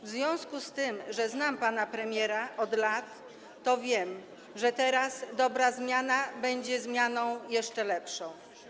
W związku z tym, że znam pana premiera od lat, wiem, że teraz dobra zmiana będzie zmianą jeszcze lepszą.